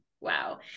Wow